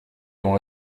dont